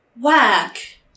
Whack